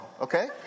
okay